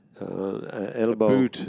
Elbow